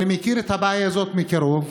אני מכיר את הבעיה הזאת מקרוב.